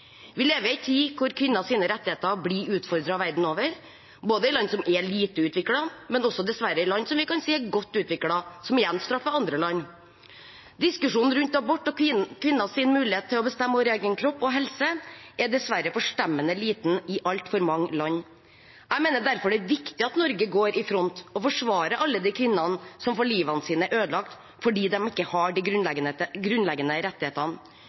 Vi lever i en tid da kvinners rettigheter blir utfordret verden over, både i land som er lite utviklet, og dessverre også i land som vi kan si er godt utviklet – og som igjen straffer andre land. Diskusjonen rundt abort og kvinners mulighet til å bestemme over egen kropp og helse er dessverre forstemmende liten i altfor mange land. Jeg mener derfor det er viktig at Norge går i front og forsvarer alle de kvinnene som får livet sitt ødelagt fordi de ikke har de grunnleggende rettighetene,